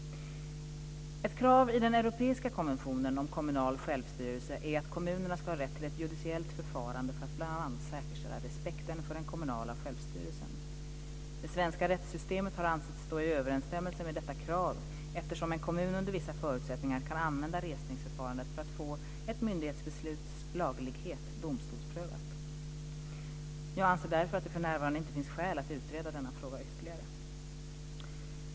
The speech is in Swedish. Ett krav i den europeiska konventionen om kommunal självstyrelse är att kommunerna ska ha rätt till ett judiciellt förfarande för att bl.a. säkerställa respekt för den kommunala självstyrelsen. Det svenska rättssystemet har ansetts stå i överensstämmelse med detta krav eftersom en kommun under vissa förutsättningar kan använda resningsförfarandet för att få ett myndighetsbesluts laglighet domstolsprövat. Jag anser därför att det för närvarande inte finns skäl att utreda denna fråga ytterligare.